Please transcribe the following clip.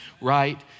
right